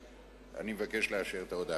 אני מבקש לאשר את ההודעה.